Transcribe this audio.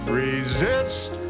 resist